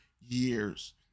years